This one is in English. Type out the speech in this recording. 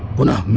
will not